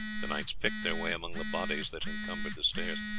the knights picked their way among the bodies that encumbered the stairs.